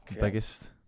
biggest